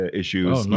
issues